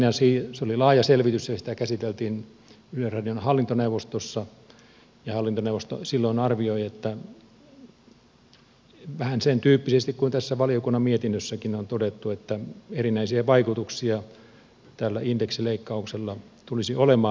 se oli laaja selvitys ja sitä käsiteltiin yleisradion hallintoneuvostossa ja hallintoneuvosto silloin arvioi vähän sen tyyppisesti kuin tässä valiokunnan mietinnössäkin on todettu että erinäisiä vaikutuksia tällä indeksileikkauksella tulisi olemaan